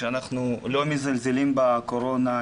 אנחנו לא מזלזלים בקורונה,